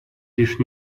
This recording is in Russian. лишь